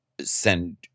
send